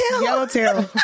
Yellowtail